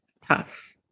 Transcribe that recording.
tough